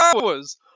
hours